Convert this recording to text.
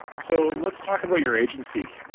so let's talk about your agency.